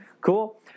cool